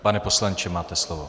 Pane poslanče, máte slovo.